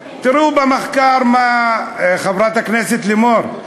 תראו במחקר מה, חברת הכנסת לימור,